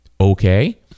okay